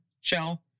shell